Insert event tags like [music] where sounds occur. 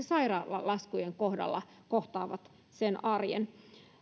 [unintelligible] sairaalalaskujen kohdalla kohtaa sen arjen